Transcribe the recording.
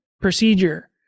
procedure